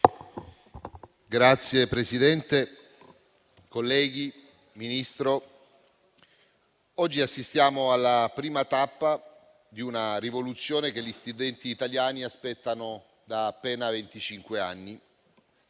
Signor Presidente, colleghi, Ministro, oggi assistiamo alla prima tappa di una rivoluzione che gli studenti italiani aspettano da appena